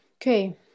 Okay